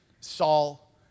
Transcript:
Saul